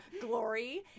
glory